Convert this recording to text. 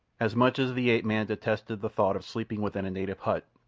as much as the ape-man detested the thought of sleeping within a native hut,